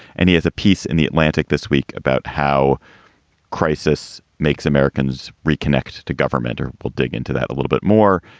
and he has a piece in the atlantic this week about how crisis makes americans reconnect to government or we'll dig into that a little bit more.